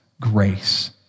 grace